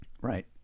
Right